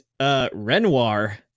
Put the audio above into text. Renoir